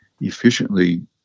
efficiently